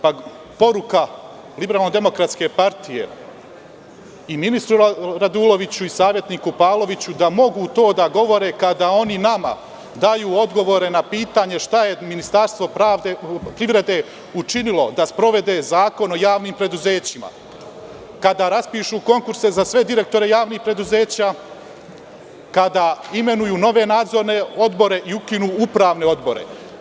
Poruka LDP ministru Raduloviću i savetniku Pavloviću da mogu to da govore kada oni nama daju odgovore na pitanje šta je Ministarstvo privrede učinilo da sprovede Zakon o javnim preduzećima, kada raspišu konkurse za sve direktore javnih preduzeća, kada imenuju nove nadzorne odbore i ukinu upravne odbore?